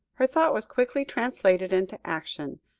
her thought was quickly translated into action.